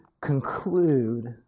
conclude